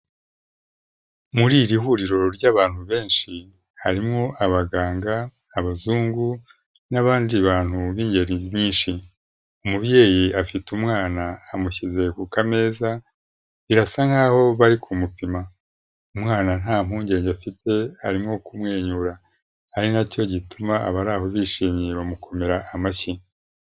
Muri iri huriro ry'abantu benshi harimo abaganga, abazungu n'abandi bantu b'ingeri nyinshi. Umubyeyi afite umwana amushyize ku meza, birasa nkaho bari kumupima. Umwana nta mpungenge, afite arimo kumwenyura ari nacyo gituma abari aho bishimye bamukomera amashyi.